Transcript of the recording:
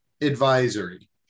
advisory